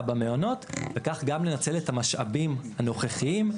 במעונות וכך גם לנצל את המשאבים הנוכחיים,